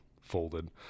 folded